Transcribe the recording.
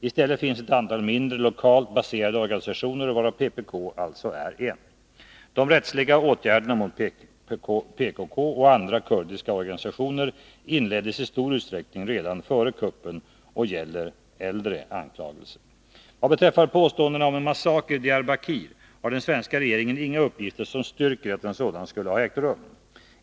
I stället finns ett antal mindre, lokalt baserade organisationer, varav PKK alltså är en. De rättsliga åtgärderna mot PKK och andra kurdiska organisationer inleddes i stor utsträckning redan före kuppen och gäller äldre anklagelser. Vad beträffar påståendena om en massaker i Diyarbakir har den svenska regeringen inga uppgifter som styrker att en sådan skulle ha ägt rum.